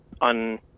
on